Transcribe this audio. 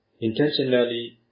intentionally